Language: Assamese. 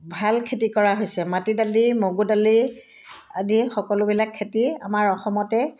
ভাল খেতি কৰা হৈছে মাটি দালি মগু দালি আদি সকলোবিলাক খেতি আমাৰ অসমতে